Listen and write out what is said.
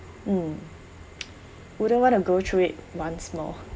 mm wouldn't want to go through it once more